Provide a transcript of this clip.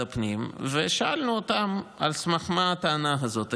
הפנים ושאלנו אותם על סמך מה הטענה הזאת,